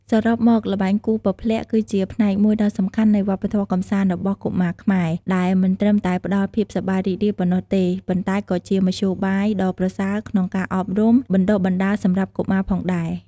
សរុបមក ល្បែងគោះពព្លាក់គឺជាផ្នែកមួយដ៏សំខាន់នៃវប្បធម៌កម្សាន្តរបស់កុមារខ្មែរ ដែលមិនត្រឹមតែផ្ដល់ភាពសប្បាយរីករាយប៉ុណ្ណោះទេ ប៉ុន្តែក៏ជាមធ្យោបាយដ៏ប្រសើរក្នុងការអប់រំ បណ្ដុះបណ្ដាលសម្រាប់កុមារផងដែរ។